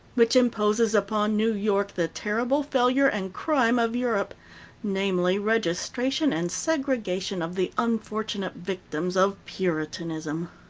which imposes upon new york the terrible failure and crime of europe namely, registration and segregation of the unfortunate victims of puritanism.